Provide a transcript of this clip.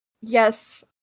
Yes